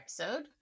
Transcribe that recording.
episode